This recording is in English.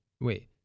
Wait